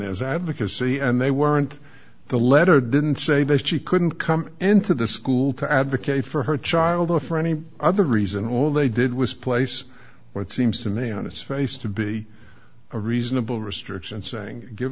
there's advocacy and they weren't the letter didn't say that she couldn't come into the school to advocate for her child or for any other reason all they did was place what seems to me on its face to be a reasonable restriction saying give